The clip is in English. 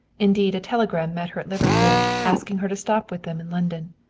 indeed a telegram met her at liverpool asking her to stop with them in london.